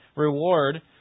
reward